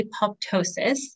apoptosis